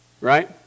right